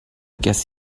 guess